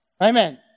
Amen